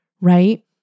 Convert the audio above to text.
right